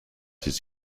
his